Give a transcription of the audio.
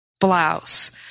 blouse